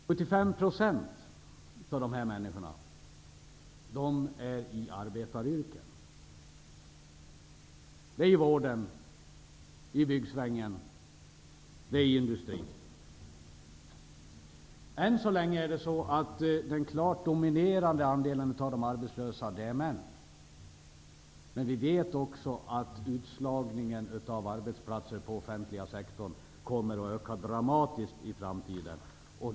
75 % av de här människorna är verksamma i arbetaryrken; i vården, i byggsvängen och i industrin. Än så länge är den klart dominerande andelen av de arbetslösa män. Men vi vet också att utslagningen av arbetsplatser inom den offentliga sektorn kommer att öka dramatiskt i framtiden.